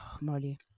Molly